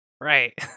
Right